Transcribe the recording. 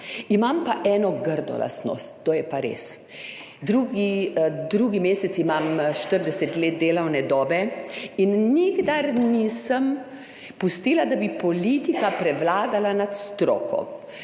Imam pa eno grdo lastnost, to je pa res, drugi mesec imam 40 let delovne dobe in nikdar nisem pustila, da bi politika prevladala nad stroko.